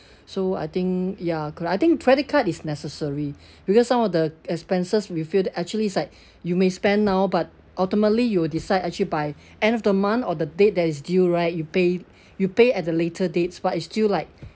so I think ya correct I think credit card is necessary because some of the expenses we feel that actually it's like you may spend now but ultimately you will decide actually by end of the month or the date that is due right you pay you pay at a later date but it's still like